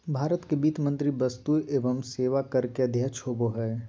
भारत के वित्त मंत्री वस्तु एवं सेवा कर के अध्यक्ष होबो हइ